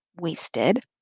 wasted